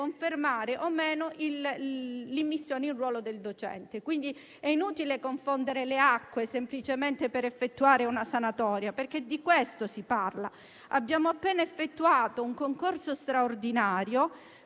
confermare o meno la sua immissione in ruolo. È quindi inutile confondere le acque semplicemente per effettuare una sanatoria, perché di questo si parla. Abbiamo appena effettuato un concorso straordinario